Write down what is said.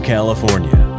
California